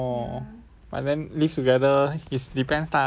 but then live together is depends lah